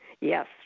Yes